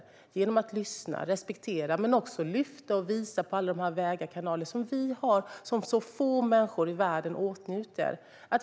Jag gör det dels genom att lyssna och respektera, dels genom att lyfta fram och visa på alla vägar och kanaler som vi har, som så få människor i världen åtnjuter.